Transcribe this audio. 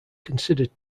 considered